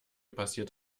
passiert